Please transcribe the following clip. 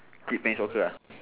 kid playing soccer uh